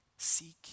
Seek